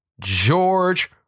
George